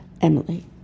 Emily